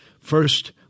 First